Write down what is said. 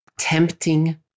tempting